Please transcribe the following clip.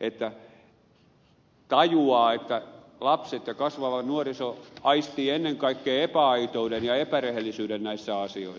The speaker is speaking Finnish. että tajuaa että lapset ja kasvava nuoriso aistivat ennen kaikkea epäaitouden ja epärehellisyyden näissä asioissa